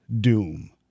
Doom